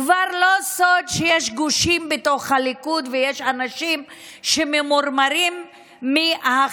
זה כבר לא סוד שיש גושים בתוך הליכוד ושיש אנשים שממורמרים מהחלוקה.